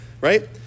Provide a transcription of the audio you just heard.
right